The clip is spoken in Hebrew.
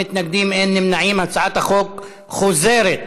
התשע"ז 2017,